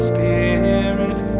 Spirit